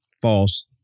False